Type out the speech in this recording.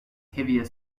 heavier